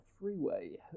freeway